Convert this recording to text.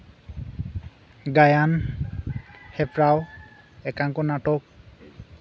ᱜᱟᱭᱟᱱ ᱦᱮᱯᱨᱟᱣ ᱮᱠᱟᱝᱠᱚ ᱱᱟᱴᱚᱠ